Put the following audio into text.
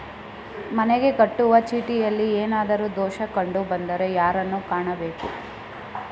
ಮನೆಗೆ ಕಟ್ಟುವ ಚೀಟಿಯಲ್ಲಿ ಏನಾದ್ರು ದೋಷ ಕಂಡು ಬಂದರೆ ಯಾರನ್ನು ಕಾಣಬೇಕು?